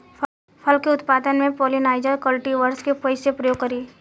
फल के उत्पादन मे पॉलिनाइजर कल्टीवर्स के कइसे प्रयोग करी?